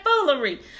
foolery